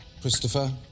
christopher